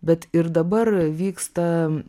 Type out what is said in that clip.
bet ir dabar vyksta